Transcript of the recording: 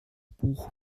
buch